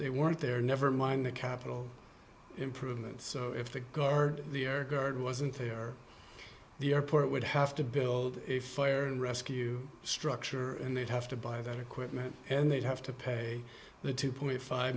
they weren't there never mind the capital improvements so if the guard the air guard wasn't there the airport would have to build a fire and rescue structure and they'd have to buy their equipment and they'd have to pay the two point five